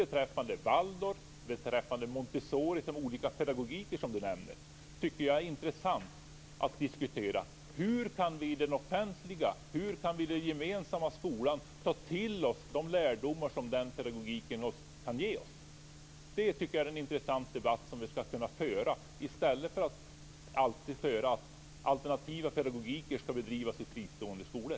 Beträffande Waldorf och Montessori, två olika slags pedagogik som Ulf Nilsson nämner, tycker jag att det skulle vara intressant att diskutera hur vi i den offentliga gemensamma skolan kan ta till oss de lärdomar som den pedagogiken kan ge oss. Det tycker jag är en intressant debatt som vi skulle kunna föra, i stället för att driva att alternativ pedagogik skall bedrivas i fristående skolor.